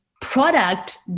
product